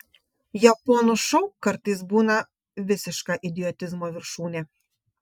japonų šou kartais būna visiška idiotizmo viršūnė